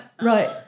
right